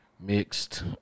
mixed